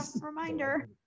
Reminder